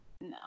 no